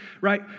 right